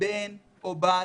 מבן או בת